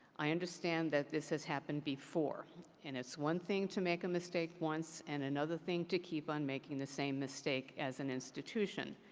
i understand that this has happened before and it's one thing to make a mistake once and another thing to keep on making the same mistake as an institution.